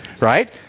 right